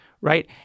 right